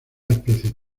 especies